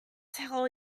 tell